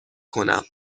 کنم